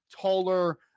taller